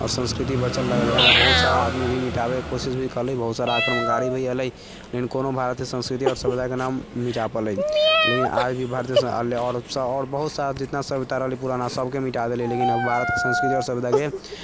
आओर संस्कृति बाँचल रहि गेलै यहाँपर बहुत सारा आदमी भी मिटाबयके कोशिश भी कयलै बहुत सारा आक्रमणकारी भी एलै लेकिन कोनो भारतीय सभ्यता आओर संस्कृतिके न मिटा पाओलै लेकिन आज भी भारतीय आओर जितना सारा सभ्यता रहलै पुराना सभके मिटा देलै लेकिन भारतके संस्कृति आओर सभ्यताके